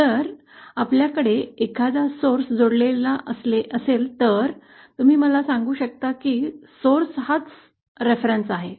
जर आपल्याकडे एखादा स्रोत जोडलेला असेल तर तुम्ही मला सांगू शकता की स्रोत हा संदर्भ आहे